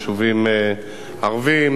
יישובים ערביים,